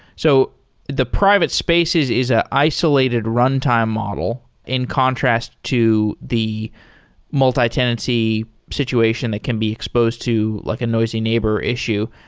so the private spaces is an ah isolated runtime model, in contrast to the multi tenancy situation that can be exposed to like a noisy neighbor issue.